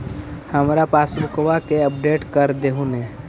हमार पासबुकवा के अपडेट कर देहु ने?